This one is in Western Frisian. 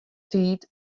tiid